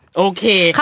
okay